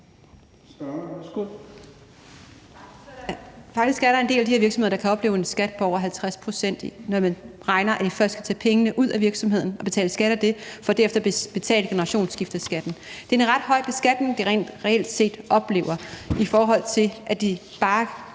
Faktisk er der en del af de her virksomheder, der kan opleve en skat på over 50 pct., når man medregner, at de først skal tage pengene ud af virksomheden og betale skat af det for derefter at betale generationsskifteskatten. Det er en ret høj beskatning, de reelt set oplever, i forhold til at det bare